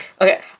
okay